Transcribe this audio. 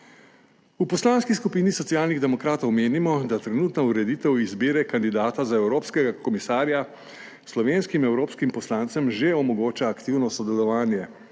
V Poslanski skupini Socialnih demokratov menimo, da trenutna ureditev izbire kandidata za evropskega komisarja slovenskim evropskim poslancem že omogoča aktivno sodelovanje,